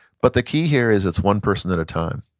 but the key here is it's one person at a time.